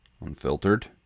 unfiltered